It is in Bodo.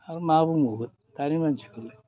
आरो मा बुंबावगोन दानि मानसिखौलाय